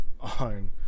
on